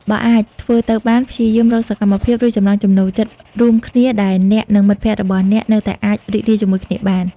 បើអាចធ្វើទៅបាន ព្យាយាមរកសកម្មភាព ឬចំណង់ចំណូលចិត្តរួមគ្នាដែលអ្នក និងមិត្តភក្តិរបស់អ្នកនៅតែអាចរីករាយជាមួយគ្នាបាន។